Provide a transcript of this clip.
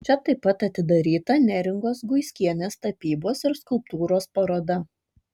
čia taip pat atidaryta neringos guiskienės tapybos ir skulptūros paroda